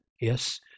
Yes